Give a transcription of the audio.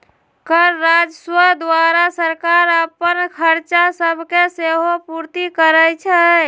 कर राजस्व द्वारा सरकार अप्पन खरचा सभके सेहो पूरति करै छै